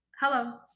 hello